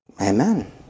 Amen